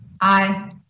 Aye